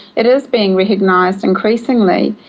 it is being recognised increasingly.